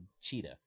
cheetah